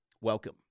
Welcome